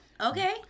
Okay